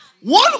One